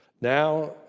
Now